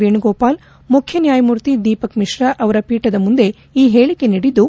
ವೇಣುಗೋಪಾಲ್ ಮುಖ್ಯನ್ಯಾಯಮೂರ್ತಿ ದೀಪಕ್ ಮಿಶ್ರ ಅವರ ಪೀಠದ ಮುಂದೆ ಈ ಹೇಳಿಕೆ ನೀಡಿದ್ದು